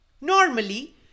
Normally